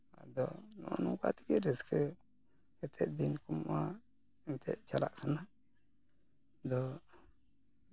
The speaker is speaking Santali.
ᱟᱫᱚ ᱱᱚᱜᱼᱚᱸᱭ ᱱᱚᱝᱠᱟ ᱛᱮᱜᱮ ᱨᱟᱹᱥᱠᱟᱹ ᱠᱟᱛᱮ ᱫᱤᱱ ᱠᱚᱢᱟ ᱮᱱᱛᱮᱜ ᱪᱟᱞᱟᱜ ᱠᱟᱱᱟ ᱟᱫᱚ